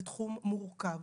זה תחום מורכב,